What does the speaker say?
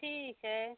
ठीक है